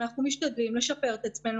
אנחנו משתדלים לשפר את עצמנו.